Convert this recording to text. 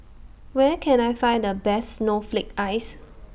Where Can I Find The Best Snowflake Ice